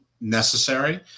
necessary